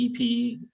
EP